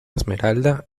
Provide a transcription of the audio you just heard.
esmeralda